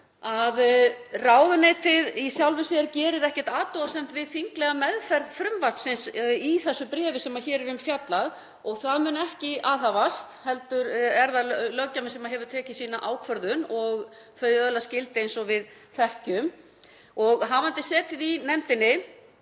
að ráðuneytið gerir í sjálfu sér ekki athugasemd við þinglega meðferð frumvarpsins í því bréfi sem hér er um fjallað og það mun ekki aðhafast, heldur er það löggjafinn sem hefur tekið sína ákvörðun og þau lög öðlast gildi eins og við þekkjum. Hafandi setið í nefndinni